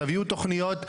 תביאו תוכניות,